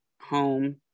home